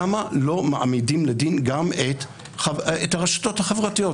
למה לא מעמידים לדין גם את הרשתות החברתיות?